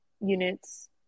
units